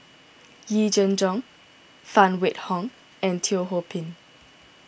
Yee Jenn Jong Phan Wait Hong and Teo Ho Pin